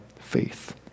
faith